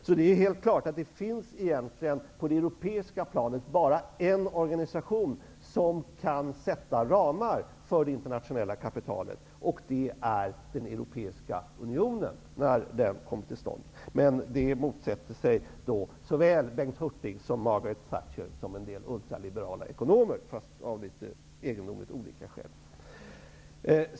På det europeiska planet finns det egentligen bara en organisation som kan sätta upp ramar för det internationella kapitalet, och det är den europeiska unionen när den kommer till stånd. Detta motsätter sig Bengt Hurtig, Margaret Thatcher och en del ultraliberala ekonomer -- fast av olika skäl.